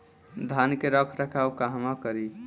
धान के रख रखाव कहवा करी?